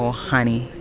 ah honey,